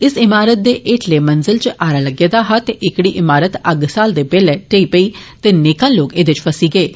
इस इमारत दे हेठली मंजल च आरा लग्गे दा हा ते ऐकड़ी इमारत अग्ग साहलदे बेल्लै डिग्गी पेई ते नेकां लोक एहदे च फंसी गेये